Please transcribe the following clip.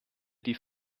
die